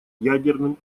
ядерным